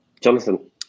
Jonathan